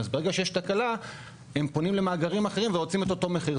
אז ברגע שיש תקלה הם פונים למאגרים אחרים ורוצים את אותו מחיר.